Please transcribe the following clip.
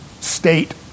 state